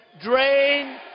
drain